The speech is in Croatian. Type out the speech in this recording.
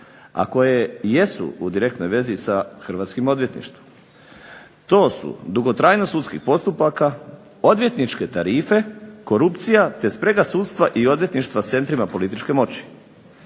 a koje jesu u direktnoj vezi sa hrvatskim odvjetništvom. To su dugotrajnost sudskih postupaka, odvjetničke tarife, korupcije te sprega sudstva i odvjetništva s centrima političke moći.